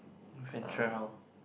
venture out